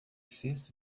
fez